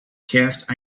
cast